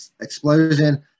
explosion